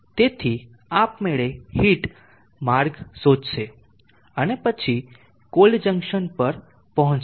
તેથી આપમેળે હીટ માર્ગ શોધશે અને પછી કોલ્ડ જંકશન પર પહોંચશે